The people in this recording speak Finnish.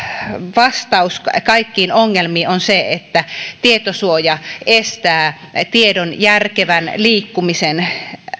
vastaus kaikkiin ongelmiin on se että tietosuoja estää tiedon järkevän liikkumisen